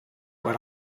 what